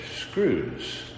screws